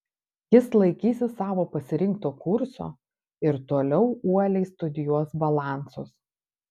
jis laikysis savo pasirinkto kurso ir toliau uoliai studijuos balansus